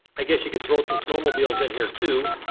i guess you could throw some snowmobiles in here too.